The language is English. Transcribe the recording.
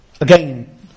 Again